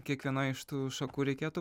kiekvienai iš tų šakų reikėtų